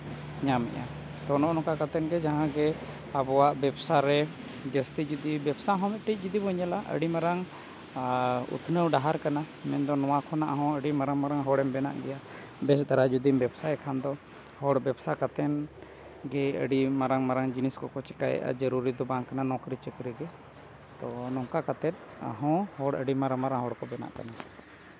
ᱧᱟᱢᱮᱜᱼᱟ ᱛᱳ ᱱᱚᱜᱼᱚᱸᱭ ᱱᱚᱝᱠᱟ ᱠᱟᱛᱮ ᱜᱮ ᱡᱟᱦᱟᱸ ᱜᱮ ᱟᱵᱚᱣᱟᱜ ᱵᱮᱵᱽᱥᱟ ᱨᱮ ᱡᱟᱹᱥᱛᱤ ᱡᱩᱫᱤ ᱵᱮᱵᱽᱥᱟ ᱦᱚᱸ ᱡᱩᱫᱤ ᱢᱤᱫᱴᱤᱡ ᱵᱚᱱ ᱧᱮᱞᱟ ᱟᱹᱰᱤ ᱢᱟᱨᱟᱝ ᱩᱛᱱᱟᱹᱣ ᱰᱟᱦᱟᱨ ᱠᱟᱱᱟ ᱢᱮᱱᱫᱚ ᱱᱚᱣᱟ ᱠᱷᱚᱱᱟᱜ ᱦᱚᱸ ᱟᱹᱰᱤ ᱢᱟᱨᱟᱝ ᱢᱟᱨᱟᱝ ᱦᱚᱲᱮᱢ ᱵᱮᱱᱟᱜ ᱜᱮᱭᱟ ᱵᱮᱥ ᱫᱷᱟᱨᱟ ᱡᱩᱫᱤᱢ ᱵᱮᱵᱽᱥᱟᱭ ᱠᱷᱟᱱ ᱫᱚ ᱦᱚᱲ ᱵᱮᱵᱽᱥᱟ ᱠᱟᱛᱮᱢ ᱜᱮ ᱟᱹᱰᱤ ᱢᱟᱨᱟᱝ ᱢᱟᱨᱟᱝ ᱡᱤᱱᱤᱥ ᱠᱚᱠᱚ ᱪᱤᱠᱟᱭᱮᱜᱼᱟ ᱡᱟᱹᱨᱩᱨᱤ ᱜᱮ ᱵᱟᱝ ᱠᱟᱱᱟ ᱱᱚᱠᱨᱤ ᱪᱟᱹᱠᱨᱤ ᱜᱮ ᱛᱳ ᱱᱚᱝᱠᱟ ᱠᱟᱛᱮ ᱦᱚᱸ ᱦᱚᱲ ᱟᱹᱰᱤ ᱢᱟᱨᱟᱝ ᱢᱟᱨᱟᱝ ᱦᱚᱲ ᱠᱚ ᱵᱮᱱᱟᱜ ᱠᱟᱱᱟ